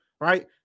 Right